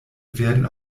werden